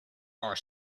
are